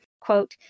Quote